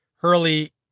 Hurley